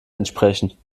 entsprechen